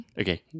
Okay